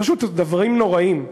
פשוט דברים נוראים,